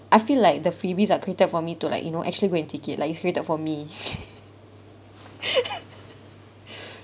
I feel like the freebies are created for me to like you know actually go and take it like it's created for me